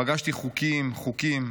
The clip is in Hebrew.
פגשתי חוקים, חוקים.